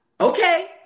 okay